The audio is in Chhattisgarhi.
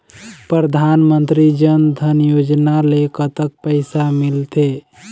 परधानमंतरी जन धन योजना ले कतक पैसा मिल थे?